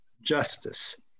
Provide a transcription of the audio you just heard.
justice